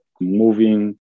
moving